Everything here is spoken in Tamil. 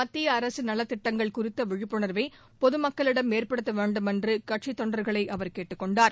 மத்திய அரசின் நலத் திட்டங்கள் குறித்த விழிப்புணர்வை பொதுமக்களிடம் ஏற்படுத்த வேண்டுமென்று கட்சித் தொண்டர்களை அவர் கேட்டுக் கொண்டார்